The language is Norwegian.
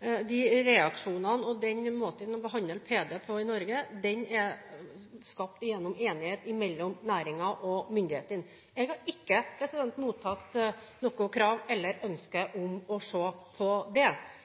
de reaksjonene og den måten vi behandler PD på i Norge, er skapt i enighet mellom næringen og myndighetene. Jeg har ikke mottatt noe krav eller ønske om å se på det.